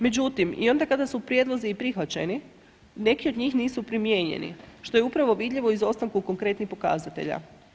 Međutim i onda su prijedlozi i prihvaćeni, neki od njih nisu primijenjeni što je upravo vidljivo izostanku konkretnih pokazatelja.